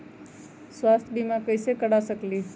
स्वाथ्य बीमा कैसे करा सकीले है?